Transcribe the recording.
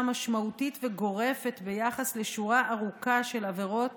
משמעותית וגורפת ביחס לשורה ארוכה של עבירות